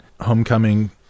Homecoming